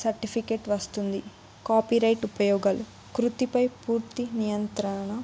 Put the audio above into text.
certificate వస్తుంది copyright ఉపయోగాలు కృతిపై పూర్తి నియంత్రణ